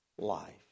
life